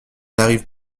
n’arrive